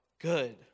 good